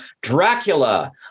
Dracula